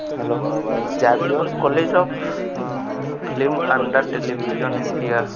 hello ଏଇ Xavier college of film and television India